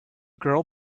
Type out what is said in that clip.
girl